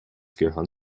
gehören